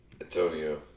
Antonio